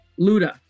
Luda